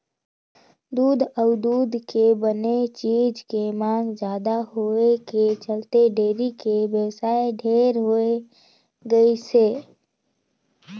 दूद अउ दूद के बने चीज के मांग जादा होए के चलते डेयरी के बेवसाय ढेरे होय गइसे